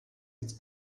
its